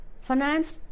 finance